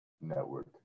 Network